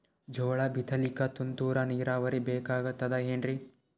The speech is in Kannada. ಜೋಳ ಬಿತಲಿಕ ತುಂತುರ ನೀರಾವರಿ ಬೇಕಾಗತದ ಏನ್ರೀ?